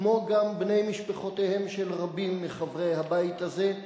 כמו גם בני משפחותיהם של רבים מחברי הבית הזה.